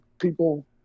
people